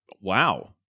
Wow